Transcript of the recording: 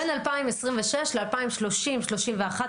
בין 2026 ל-2030 או 2031,